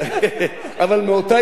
אבל מאותה אשה,